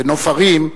בנוף-הרים,